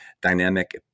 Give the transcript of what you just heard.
dynamic